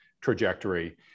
trajectory